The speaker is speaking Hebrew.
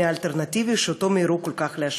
האלטרנטיבי שאותו מיהרו כל כך להשמיץ.